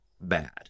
bad